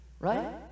Right